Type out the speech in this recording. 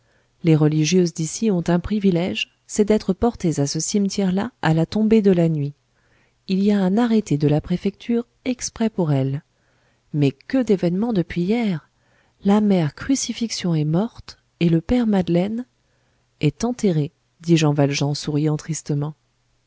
les religieuses d'ici ont un privilège c'est d'être portées à ce cimetière là à la tombée de la nuit il y a un arrêté de la préfecture exprès pour elles mais que d'événements depuis hier la mère crucifixion est morte et le père madeleine est enterré dit jean valjean souriant tristement